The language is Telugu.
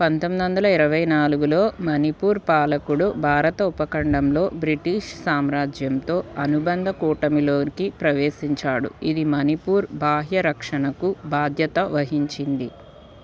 పంతొమ్మిదొందల ఇరవై నాలుగులో మణిపూర్ పాలకుడు భారత ఉపఖండంలో బ్రిటీష్ సామ్రాజ్యంతో అనుబంధ కూటమిలోకి ప్రవేశించాడు ఇది మణిపూర్ బాహ్య రక్షణకు బాధ్యత వహించింది